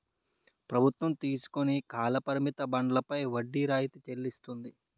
ప్రభుత్వం తీసుకుని కాల పరిమిత బండ్లపై వడ్డీ రాయితీ చెల్లిస్తుంది